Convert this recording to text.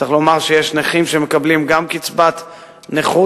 צריך לומר שיש נכים שמקבלים גם קצבת נכות,